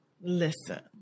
listen